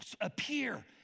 appear